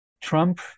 Trump